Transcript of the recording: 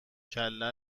کله